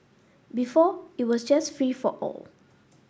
before it was just free for all